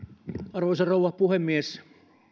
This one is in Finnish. arvoisa rouva puhemies